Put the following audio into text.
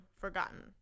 forgotten